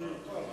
שעוסקת בזה.